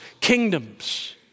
kingdoms